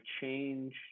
change